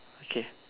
okay